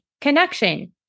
connection